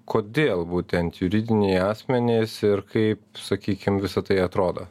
kodėl būtent juridiniai asmenys ir kaip sakykim visa tai atrodo